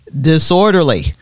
disorderly